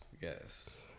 yes